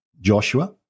Joshua